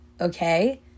okay